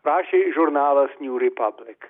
rašė žurnalas niū repablik